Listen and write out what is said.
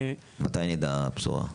מתי נדע בשורה?